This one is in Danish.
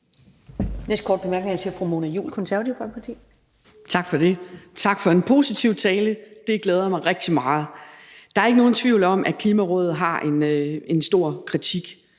Næste korte bemærkning er fra fru Mona Juul, Det Konservative Folkeparti. Kl. 13:22 Mona Juul (KF): Tak for det. Tak for en positiv tale. Det glæder mig rigtig meget. Der er ikke nogen tvivl om, at Klimarådet har en stor kritik